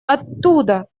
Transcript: оттуда